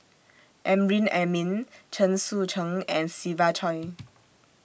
Amrin Amin Chen Sucheng and Siva Choy